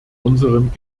unserem